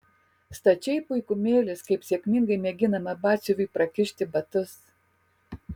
stačiai puikumėlis kaip sėkmingai mėginama batsiuviui prakišti batus